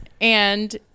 and-